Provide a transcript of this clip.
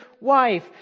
wife